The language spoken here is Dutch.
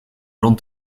rond